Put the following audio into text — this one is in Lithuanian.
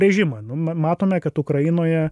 režimą nu ma matome kad ukrainoje